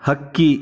ಹಕ್ಕಿ